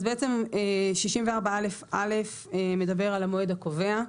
אז בעצם 64א(א) מדבר על המועד הקובע,